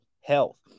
health